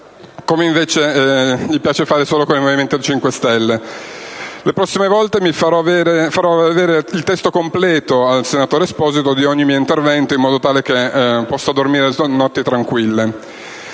come invece gli piace fare solo con il Movimento 5 Stelle. Le prossime volte farò avere al senatore Esposito il testo completo di ogni mio intervento, in modo tale che possa dormire sonni tranquilli.